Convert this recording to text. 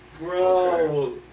bro